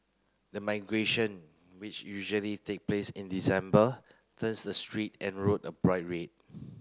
the migration which usually take place in December turns the street and road a bright red